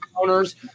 owners